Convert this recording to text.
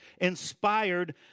inspired